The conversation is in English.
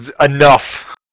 enough